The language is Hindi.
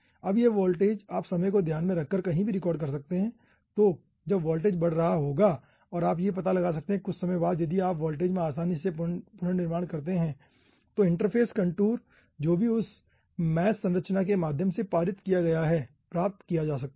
अब यह वोल्टेज आप समय को ध्यान में रखकर कहीं भी रिकॉर्ड कर सकते हैं तो जब वोल्टेज बढ़ रहा होगा और आप यह पता लगा सकते हैं कि कुछ समय बाद यदि आप वोल्टेज से आसानी से पुनर्निर्माण करते हैं तो इंटरफ़ेस कंटूर जो भी उस मैश संरचना के माध्यम से पारित किया गया है प्राप्त किया जा सकता है